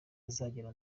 azagera